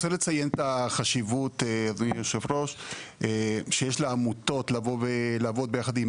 צריך לציין את החשיבות שיש לעמותות לבוא ולעבוד ביחד עם